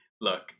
Look